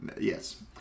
Yes